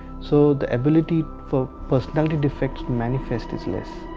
so the ability for personality defects manifests less.